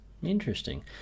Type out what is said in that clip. interesting